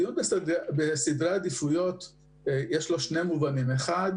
לדיון בסדרי עדיפויות ישנם שני מובנים: האחד